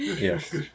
Yes